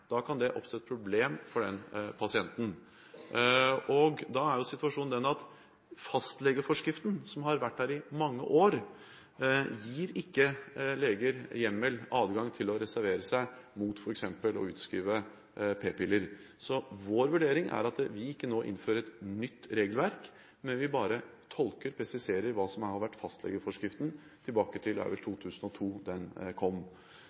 Da kan det oppstå et problem for den pasienten. Da er jo situasjonen den at fastlegeforskriften, som har vært der i mange år, ikke gir leger hjemmel, adgang, til å reservere seg mot f.eks. å utskrive p-piller. Vår vurdering er at vi ikke nå innfører et nytt regelverk, men at vi bare tolker og presiserer hva som har vært fastlegeforskriften tilbake til 2002 – det var vel da den kom.